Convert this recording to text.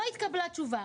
לא התקבלה תשובה,